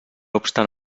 obstant